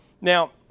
Now